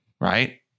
Right